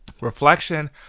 Reflection